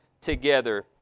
together